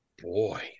boy